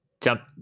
jump